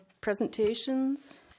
presentations